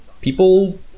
people